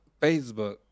Facebook